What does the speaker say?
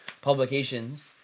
publications